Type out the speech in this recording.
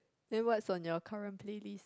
then what's on your current playlist